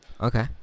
Okay